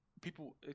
People